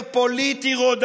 הוא יכול להתנהל,